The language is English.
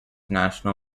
national